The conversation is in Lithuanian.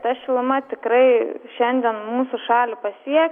ta šiluma tikrai šiandien mūsų šalį pasieks